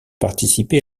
participé